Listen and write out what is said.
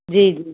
जी